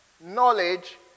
knowledge